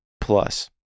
plus